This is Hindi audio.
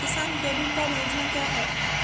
किसान क्रेडिट कार्ड योजना क्या है?